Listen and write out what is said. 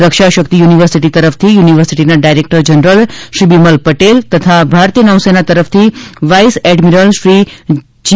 રક્ષા Shakti university તરફથી યુનિવર્સિટીના director general Shri Bimal Patel તથા ભારતીય નૌસેના તરફથી વાઇસ એડમિરલ શ્રી જી